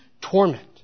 torment